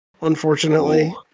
Unfortunately